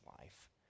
life